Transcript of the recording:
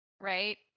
Right